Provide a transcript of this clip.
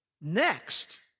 Next